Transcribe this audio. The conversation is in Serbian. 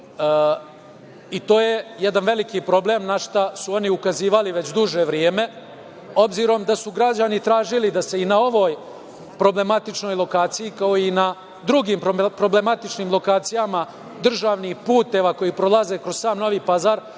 i to je jedan veliki problem, na šta su oni ukazivali već duže vreme, obzirom da su građani tražili da se i na ovoj problematičnoj lokaciji, kao i na drugim problematičnim lokacijama državnih puteva koji prolaze kroz sam Novi Pazar